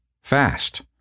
fast